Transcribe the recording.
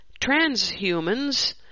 transhumans